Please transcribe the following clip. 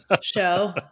show